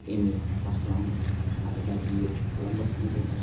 M A पास खालामबाय आरो दा बि एड खालामगासिनो दङ